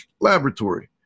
Laboratory